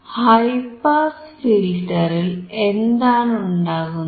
high pass ഫിൽറ്ററിൽ എന്താണ് ഉണ്ടാകുന്നത്